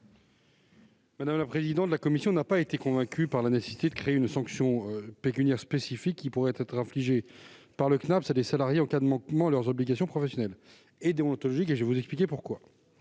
de la commission ? La commission n'a pas été convaincue par la nécessité de créer une sanction pécuniaire spécifique qui pourrait être infligée par le Cnaps à des salariés en cas de manquement à leurs obligations professionnelles et déontologiques. Je vais vous expliquer pourquoi.